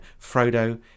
Frodo